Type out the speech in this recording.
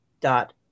dot